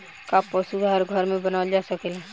का पशु आहार घर में बनावल जा सकेला?